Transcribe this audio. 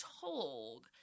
told –